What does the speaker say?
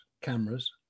cameras